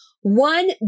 one